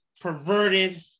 perverted